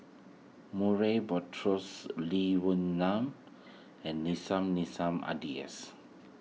Murray Buttrose Lee Wee Nam and Nissim Nassim Adis